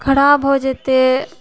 खराब हो जेतै